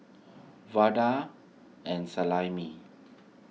Vada and Salami